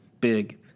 big